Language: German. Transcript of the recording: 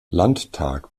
landtag